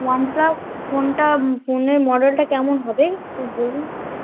one plus ফোনটা ফোনের মডেলটা কেমন হবে একটু বলুন একটু